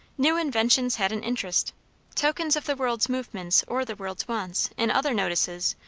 new inventions had an interest tokens of the world's movements, or the world's wants, in other notices,